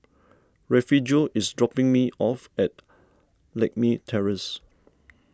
Refugio is dropping me off at Lakme Terrace